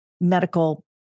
medical